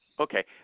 Okay